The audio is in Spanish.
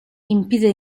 impide